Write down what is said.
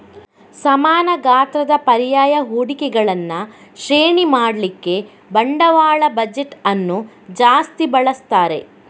ಸಮಾನ ಗಾತ್ರದ ಪರ್ಯಾಯ ಹೂಡಿಕೆಗಳನ್ನ ಶ್ರೇಣಿ ಮಾಡ್ಲಿಕ್ಕೆ ಬಂಡವಾಳ ಬಜೆಟ್ ಅನ್ನು ಜಾಸ್ತಿ ಬಳಸ್ತಾರೆ